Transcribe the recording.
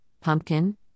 pumpkin